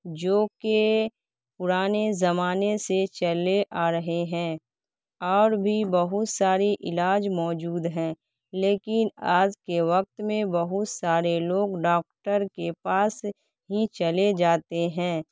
جو کہ پرانے زمانے سے چلے آ رہے ہیں اور بھی بہت ساری علاج موجود ہیں لیکن آج کے وقت میں بہت سارے لوگ ڈاکٹر کے پاس ہی چلے جاتے ہیں